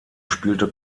spielte